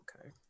Okay